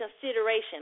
consideration